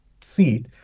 seat